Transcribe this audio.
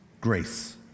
grace